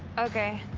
ok.